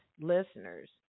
listeners